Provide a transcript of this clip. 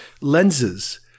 lenses